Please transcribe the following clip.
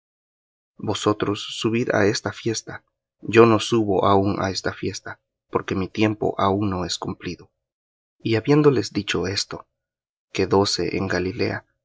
vosotros subid á esta fiesta yo no subo aún á esta fiesta porque mi tiempo aun no es cumplido y habiéndoles dicho esto quedóse en galilea